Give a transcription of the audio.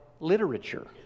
literature